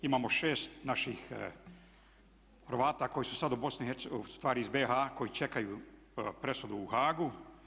Imamo 6 naših Hrvata koji su sad u BiH, ustvari iz BiH koji čekaju presudu u Haagu.